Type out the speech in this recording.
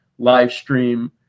Livestream